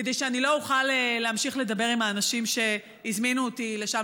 כדי שאני לא אוכל להמשיך לדבר עם האנשים שהזמינו אותי לשם,